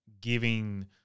giving